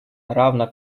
равно